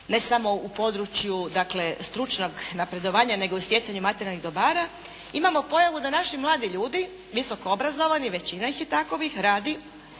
ne samo u području dakle stručnog napredovanja nego stjecanje materijalnih dobara, imamo pojavu da naši mladi ljudi, visoko obrazovani većina ih je takovih, radi